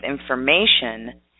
information